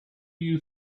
you